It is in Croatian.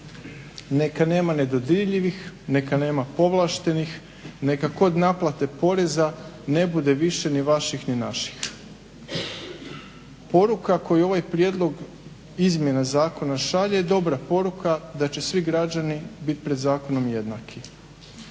Neka nema nedodirljivih, neka nema povlaštenih, neka kod naplate poreza ne bude više ni vaših ni naših. Poruka koju ovaj prijedlog izmjena zakona šalje je dobra poruka da će svi građani bit pred zakonom jednaki.